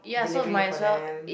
delivering for them